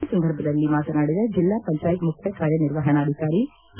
ಈ ಸಂದರ್ಭದಲ್ಲಿ ಮಾತನಾಡಿದ ಜಿಲ್ಲಾ ಪಂಚಾಯತ್ ಮುಖ್ಯ ಕಾರ್ಯ ನಿರ್ವಹಣಾಧಿಕಾರಿ ಕೆ